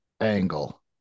Angle